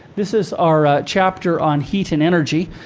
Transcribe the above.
this is our chapter on heat and energy.